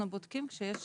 כשאנחנו רואים שיש